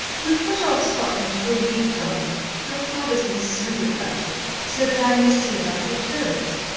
we've put off scotland for a week, darling your father's been so good about it so that i may see about your clothes.